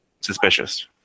suspicious